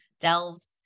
Delved